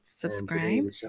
subscribe